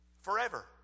forever